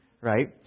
Right